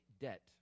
debt